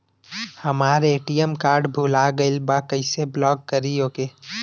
हमार ATM card भूला गईल बा कईसे ब्लॉक करी ओके?